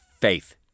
faith